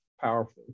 powerful